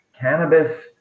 cannabis